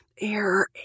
Air